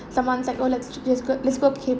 someone's like oh let's j~ let's go